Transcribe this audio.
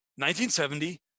1970